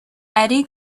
eddy